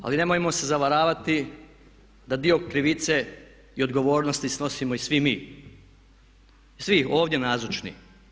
Ali nemojmo se zavaravati da dio krivice i odgovornosti snosimo i svi mi, svi ovdje nazočni.